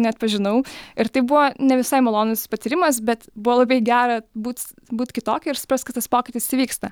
neatpažinau ir tai buvo ne visai malonus patyrimas bet buvo labai gera būt būt kitokia ir suprast kad tas pokytis įvyksta